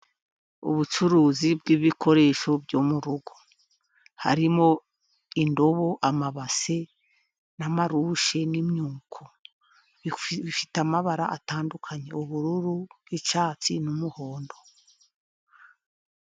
Ubucuruzi bw'bikoresho byo mu rugo. Harimo indobo, amabase, n' marushe, n'imyuko. Bifite amabara atandukanye, ubururu, icyatsi n'umuhondo.